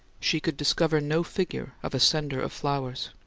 she could discover no figure of a sender of flowers.